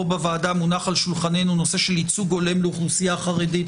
פה בוועדה מונח על שולחננו נושר של ייצוג הולם לאוכלוסייה חרדית